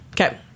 Okay